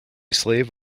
slave